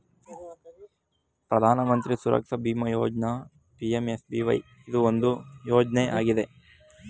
ಪ್ರಧಾನ ಮಂತ್ರಿ ಸುರಕ್ಷಾ ಬಿಮಾ ಯೋಜ್ನ ಪಿ.ಎಂ.ಎಸ್.ಬಿ.ವೈ ಇದು ಒಂದು ಯೋಜ್ನ ಆಗಿದೆ